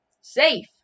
Safe